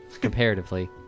comparatively